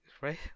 Right